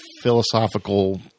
philosophical